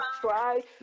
try